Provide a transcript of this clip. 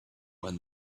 when